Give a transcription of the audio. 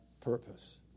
purpose